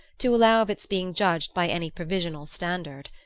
to allow of its being judged by any provisional standard.